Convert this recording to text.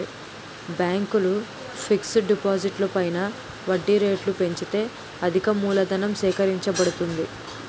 బ్యాంకులు ఫిక్స్ డిపాజిట్లు పైన వడ్డీ రేట్లు పెంచితే అధికమూలధనం సేకరించబడుతుంది